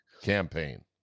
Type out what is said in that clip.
campaign